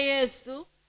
Jesus